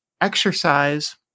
exercise